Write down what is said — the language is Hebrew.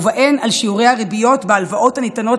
ובכלל זה על שיעורי הריביות בהלוואות הניתנות